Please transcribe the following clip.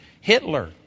Hitler